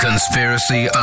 Conspiracy